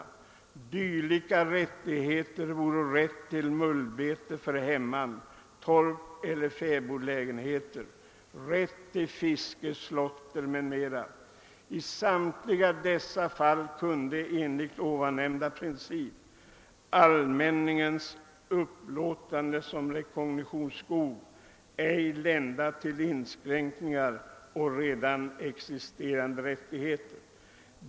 Dylika rättigheter voro rätt till mulbete för hemman, torp eller fäbodlägenheter, rätt till fiske, slåtter m.m. I samtliga dessa fall kunde enligt ovannämnda princip allmänningens upplåtande som rekognitionsskog ej lända till inskränkning i de redan existerande rättigheterna.